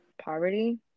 poverty